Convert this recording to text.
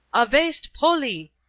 avest polli,